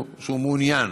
הוא מעוניין,